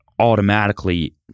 automatically